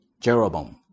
Jeroboam